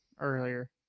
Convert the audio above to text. earlier